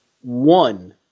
one